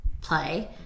play